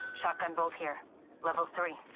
kind of here level three